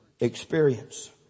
experience